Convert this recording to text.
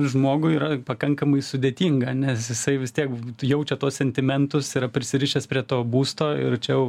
žmogui yra pakankamai sudėtinga nes jisai vis tiek jaučia tuos sentimentus yra prisirišęs prie to būsto ir čia jau